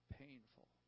painful